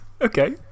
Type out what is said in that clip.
okay